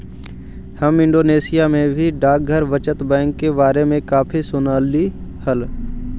हम इंडोनेशिया में भी डाकघर बचत बैंक के बारे में काफी सुनली हल